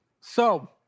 So-